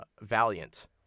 Valiant